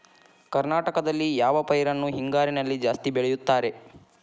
ಕರ್ನಾಟಕದಲ್ಲಿ ಯಾವ ಪೈರನ್ನು ಹಿಂಗಾರಿನಲ್ಲಿ ಜಾಸ್ತಿ ಬೆಳೆಯುತ್ತಾರೆ?